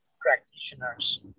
practitioners